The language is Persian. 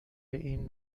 این